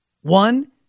One